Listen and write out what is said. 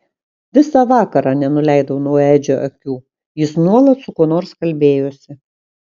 visą vakarą nenuleidau nuo edžio akių jis nuolat su kuo nors kalbėjosi